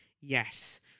Yes